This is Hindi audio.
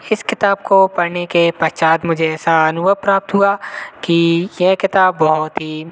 इस किताब को पढ़ने के पश्चात मुझे ऐसा अनुभव प्राप्त हुआ कि यह किताब बहुत ही